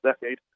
decade